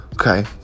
Okay